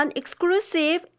exclusive